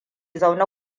zaune